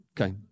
Okay